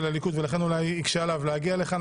הליכוד ולכן אולי יקשה עליו להגיע לכאן.